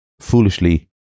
foolishly